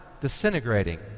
disintegrating